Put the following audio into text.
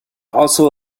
also